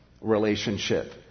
relationship